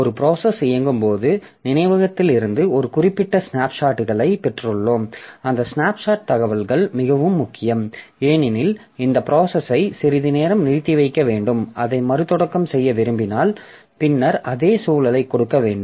ஒரு ப்ராசஸ் இயங்கும்போது நினைவகத்திலிருந்து ஒரு குறிப்பிட்ட ஸ்னாப்ஷாட்களைப் பெற்றுள்ளோம் அந்த ஸ்னாப்ஷாட் தகவல்கள் மிகவும் முக்கியம் ஏனெனில் இந்த ப்ராஸசை சிறிது நேரம் நிறுத்திவைக்க வேண்டும் அதை மறுதொடக்கம் செய்ய விரும்பினால் பின்னர் அதே சூழலைக் கொடுக்க வேண்டும்